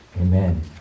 Amen